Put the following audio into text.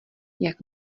jak